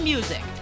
Music